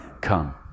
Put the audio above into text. come